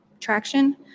traction